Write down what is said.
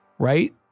right